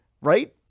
Right